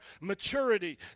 maturity